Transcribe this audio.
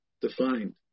defined